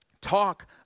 talk